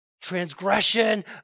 transgression